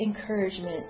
encouragement